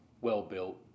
well-built